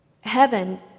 Heaven